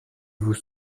vous